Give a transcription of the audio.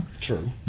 True